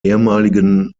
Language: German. ehemaligen